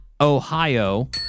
Ohio